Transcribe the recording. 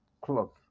cloth